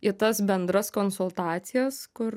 į tas bendras konsultacijas kur